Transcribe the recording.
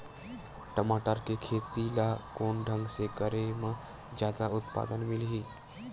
टमाटर के खेती ला कोन ढंग से करे म जादा उत्पादन मिलही?